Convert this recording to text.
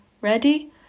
Ready